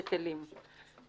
בטלים".